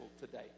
today